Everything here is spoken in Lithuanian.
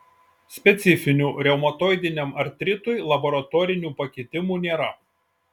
specifinių reumatoidiniam artritui laboratorinių pakitimų nėra